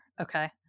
Okay